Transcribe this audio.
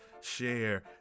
share